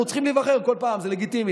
אנחנו צריכים להיבחר בכל פעם, זה לגיטימי.